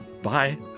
Bye